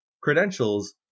credentials